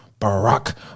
Barack